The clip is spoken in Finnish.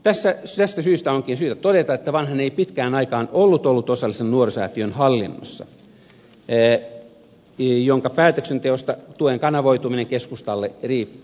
tästä syystä onkin syytä todeta että vanhanen ei pitkään aikaan ollut ollut osallisena nuorisosäätiön hallinnossa jonka päätöksenteosta tuen kanavoituminen keskustalle riippuu